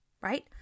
right